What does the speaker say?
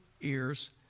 ears